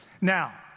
Now